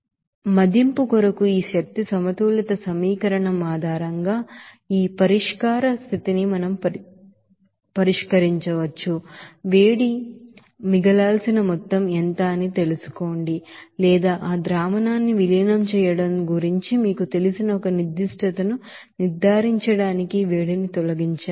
కాబట్టి మీ మదింపు కొరకు ఈ ఎనర్జీ బాలన్స్ ఈక్వేషన్ ఆధారంగా ఈ పరిష్కార స్థితిని మనం పరిష్కరించవచ్చు వేడి మిగలాల్సిన మొత్తం ఎంత అని తెలుసుకోండి లేదా ఆ ద్రావణాన్ని విలీనం చేయడం గురించి మీకు తెలిసిన ఒక నిర్దిష్టతను నిర్ధారించడానికి వేడిని తొలగించాలి